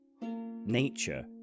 nature